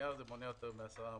הנייר הזה מונה יותר מעשרה עמודים.